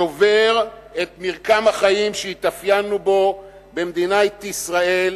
שובר את מרקם החיים שהתאפיינו בו במדינת ישראל,